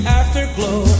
afterglow